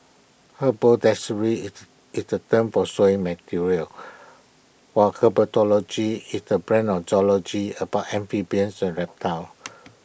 haberdashery is is A term for sewing materials while herpetology is the branch of zoology about amphibians and reptiles